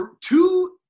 two